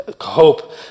Hope